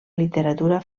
literatura